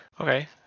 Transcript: Okay